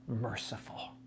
merciful